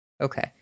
Okay